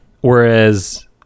whereas